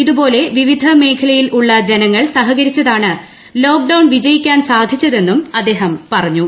ഇതുപോലെ വിവിധ മേഘലയിൽ ഉള്ള ജനുങ്ങൾ സഹകരിച്ചതാണ് ലോക്ക്ഡൌൺ വിജയിക്കാൻ സാധിച്ചതെന്നും അദ്ദേഹം പറഞ്ഞു